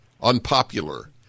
unpopular